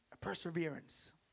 perseverance